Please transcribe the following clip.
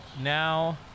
now